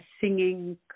singing